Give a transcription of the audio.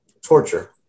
torture